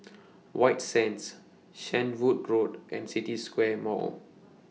White Sands Shenvood Road and City Square Mall